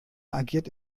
agiert